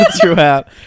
throughout